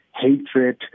hatred